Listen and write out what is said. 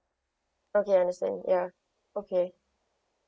okay understand ya okay